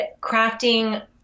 crafting